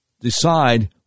decide